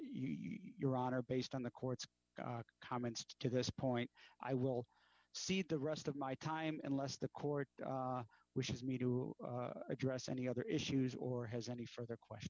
your honor based on the court's comments to this point i will see the rest of my time unless the court wishes me to address any other issues or has any further question